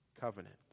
covenant